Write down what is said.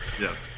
Yes